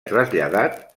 traslladat